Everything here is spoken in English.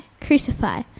crucify